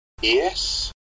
Yes